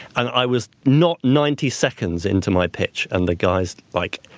i was not ninety seconds into my pitch. and the guys like